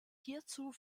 hierzu